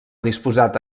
disposat